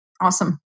Awesome